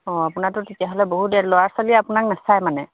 অঁ আপোনাৰতো তেতিয়াহ'লে বহুত ল'ৰা ছোৱালীয়ে আপোনাক নাচায় মানে